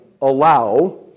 allow